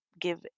give